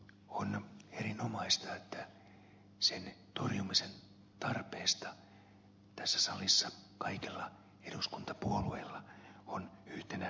on erinomaista että sen torjumisen tarpeesta tässä salissa kaikilla eduskuntapuolueilla on yhteneväinen näkemys